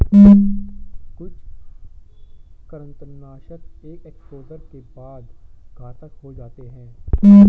कुछ कृंतकनाशक एक एक्सपोजर के बाद घातक हो जाते है